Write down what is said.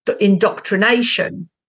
indoctrination